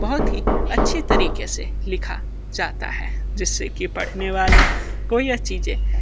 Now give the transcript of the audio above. बहुत ही अच्छे तरीके से लिखा जाता है जिससे की पढ़ने वाले को ये चीज़ें